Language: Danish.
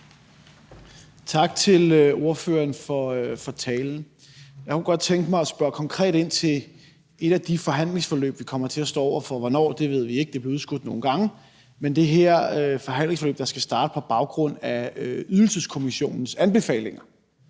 Tak til ordføreren for talen. Jeg kunne godt tænke mig at spørge konkret ind til et af de forhandlingsforløb, vi kommer til at stå over for – hvornår ved vi ikke, for det er blevet udskudt nogle gange – men det her forhandlingsforløb, der skal starte på baggrund af Ydelseskommissionens anbefalinger,